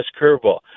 curveball